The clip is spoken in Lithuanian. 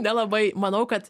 nelabai manau kad